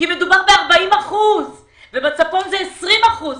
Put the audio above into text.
כי מדובר ב-40 אחוזים ובצפון זה 20 אחוזים.